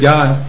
God